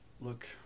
look